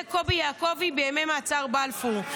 זה קובי יעקובי בימי מעצרי בלפור.